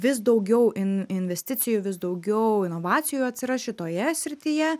vis daugiau in investicijų vis daugiau inovacijų atsiras šitoje srityje